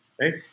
right